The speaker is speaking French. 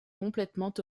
complètement